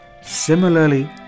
Similarly